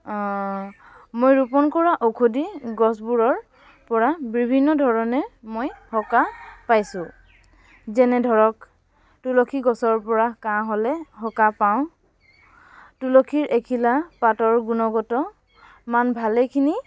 মই ৰোপণ কৰা ঔষধী গছবোৰৰ পৰা বিভিন্ন ধৰণে মই সকাহ পাইছোঁ যেনে ধৰক তুলসী গছৰ পৰা কাঁহ হ'লে সকাহ পাওঁ তুলসীৰ এখিলা পাতৰ গুণগত মান ভালেখিনি